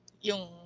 yung